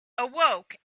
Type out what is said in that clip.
awoke